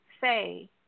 say